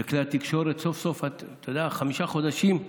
שכלי התקשורת סוף-סוף, אתה יודע, חמישה חודשים,